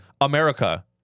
America